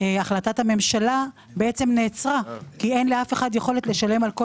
החלטת הממשלה נעצרה כי אין לאף אחד יכולת לשלם על כל